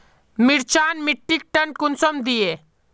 मिर्चान मिट्टीक टन कुंसम दिए?